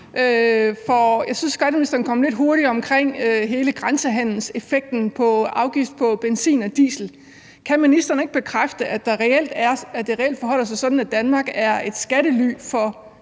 skatteministeren kom lidt hurtigt omkring hele grænsehandelseffekten på afgift på benzin og diesel. Kan ministeren ikke bekræfte, at det reelt forholder sig sådan, at Danmark er et skattely for